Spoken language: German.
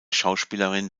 schauspielerin